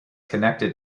connected